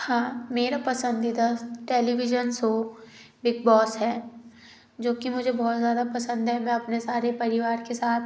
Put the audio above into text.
हाँ मेरा पसंदीदा टेलीविजन शो बिगबॉस है जो कि मुझे बहुत ज़्यादा पसंद है मैं अपने सारे परिवार के साथ